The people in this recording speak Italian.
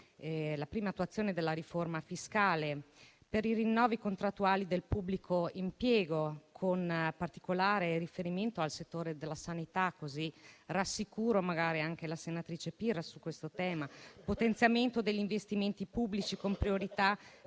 la prima attuazione della riforma fiscale, le misure per i rinnovi contrattuali del pubblico impiego, con particolare riferimento al settore della sanità - quindi rassicuriamo magari anche la senatrice Pirro su questo tema - e il potenziamento degli investimenti pubblici con priorità